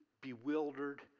bewildered